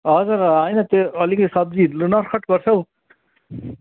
हजुर होइन त्यो अलिकति सब्जीहरू नर्खट गर्छ हौ